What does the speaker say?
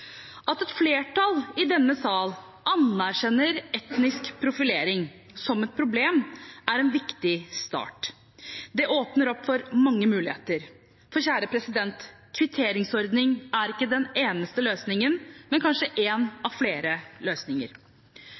At et flertall i denne sal anerkjenner etnisk profilering som et problem, er en viktig start. Det åpner opp for mange muligheter, for en kvitteringsordning er ikke den eneste løsningen, men kanskje en av flere løsninger.